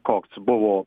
koks buvo